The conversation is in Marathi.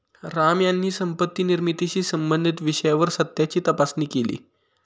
राम यांनी संपत्ती निर्मितीशी संबंधित विषयावर सत्याची तपासणी केली